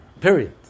period